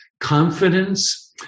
confidence